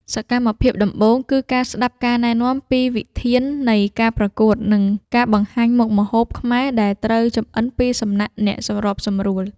សកម្មភាពដំបូងគឺការស្ដាប់ការណែនាំពីវិធាននៃការប្រកួត និងការបង្ហាញមុខម្ហូបខ្មែរដែលត្រូវចម្អិនពីសំណាក់អ្នកសម្របសម្រួល។